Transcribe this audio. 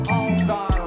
All-Star